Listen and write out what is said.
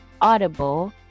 Audible